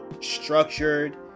structured